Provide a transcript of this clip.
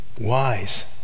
wise